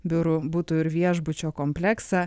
biurų butų ir viešbučio kompleksą